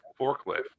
forklift